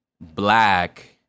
black